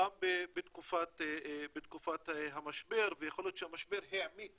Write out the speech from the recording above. גם בתקופת המשבר ויכול להיות שהמשבר העמיק